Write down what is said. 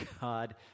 God